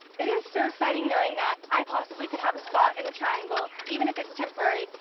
it is so exciting knowing that i possibly could have a spot in the triangle, even if it's temporary,